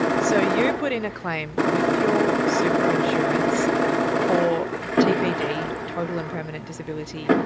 so you put in a claim with your super insurance for tpd, total and permanent disability.